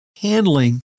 handling